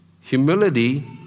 Humility